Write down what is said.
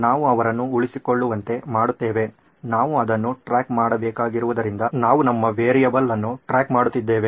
ನಾವು ಅವರನ್ನು ಉಳಿಸಿಕೊಳ್ಳುವಂತೆ ಮಾಡುತ್ತೇವೆ ನಾವು ಅದನ್ನು ಟ್ರ್ಯಾಕ್ ಮಾಡಬೇಕಾಗಿರುವುದರಿಂದ ನಾವು ನಮ್ಮ ವೇರಿಯೇಬಲ್ ಅನ್ನು ಟ್ರ್ಯಾಕ್ ಮಾಡುತ್ತಿದ್ದೇವೆ